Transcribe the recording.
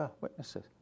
witnesses